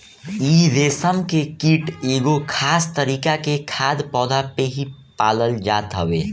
इ रेशम के कीट एगो खास तरीका के खाद्य पौधा पे ही पालल जात हवे